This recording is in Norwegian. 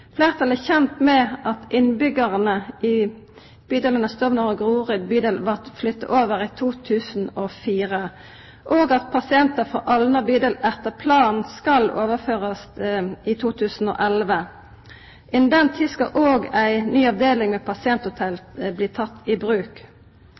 Fleirtalet er kjent med at innbyggjarane i bydelane Stovner og Grorud vart flytta over i 2004, og at pasientar frå Alna bydel etter planen skal overførast i 2011. Innan den tida skal òg ei ny avdeling med pasienthotell